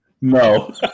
no